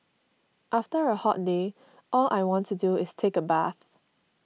after a hot day all I want to do is take a bath